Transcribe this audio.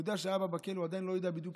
הוא יודע שאבא בכלא, הוא עדיין לא יודע בדיוק